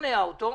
תשכנע אותו.